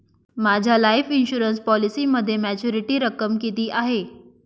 माझ्या life insurance पॉलिसीमध्ये maturity रक्कम किती आहे?